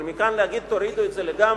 אבל מכאן להגיד: תורידו את זה לגמרי,